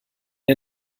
der